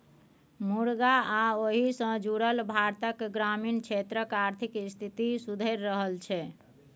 मुरगा आ ओहि सँ जुरल भारतक ग्रामीण क्षेत्रक आर्थिक स्थिति सुधरि रहल छै